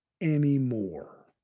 anymore